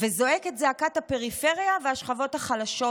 וזועק את זעקת הפריפריה והשכבות החלשות,